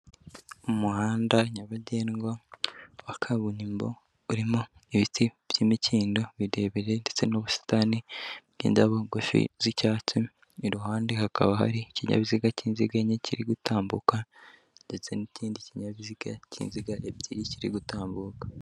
Umuhanda nyabagendwa wa kaburimbo, urimo ibiti by'imikindo birebire ndetse n'ubusitani bw'indabo ngufi z'icyatsi, iruhande hakaba hari ikinyabiziga cy'inziga enye kiri gutambuka ndetse n'ikindi kinyabiziga cy'inziga ebyiri kiri gutambuka.